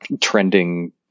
trending